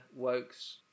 Wokes